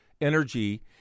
energy